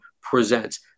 presents